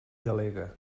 delegue